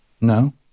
No